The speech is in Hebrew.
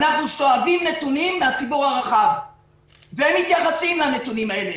אנחנו שואבים נתונים מהציבור הרחב ומתייחסים לנתונים האלה.